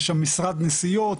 יש שם משרד נסיעות,